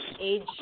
age